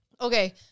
Okay